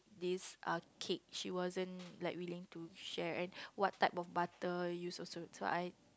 this ah cake she wasn't like willing to share and what type of butter use also so I